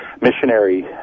missionary